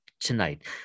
tonight